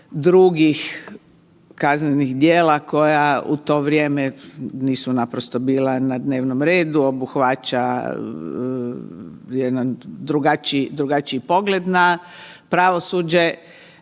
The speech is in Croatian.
drugih kaznenih djela koja u to vrijeme nisu naprosto bila na dnevnom redu, obuhvaća jedan drugačiji pogled na pravosuđe,